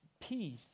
peace